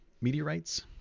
meteorites